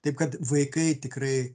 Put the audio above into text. taip kad vaikai tikrai